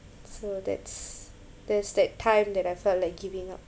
so that's that's that time that I felt like giving up